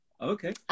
Okay